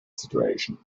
situation